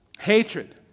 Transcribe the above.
Hatred